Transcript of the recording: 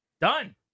Done